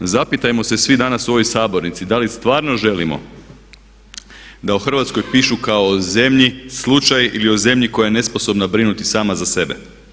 Zapitamo se svi danas u ovoj sabornici da li stvarno želimo da o Hrvatskoj pišu kao o zemlji slučaj ili o zemlji koja je nesposobna brinuti sama za sebe?